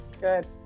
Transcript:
Good